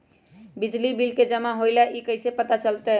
बिजली के बिल जमा होईल ई कैसे पता चलतै?